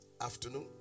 afternoon